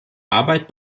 arbeit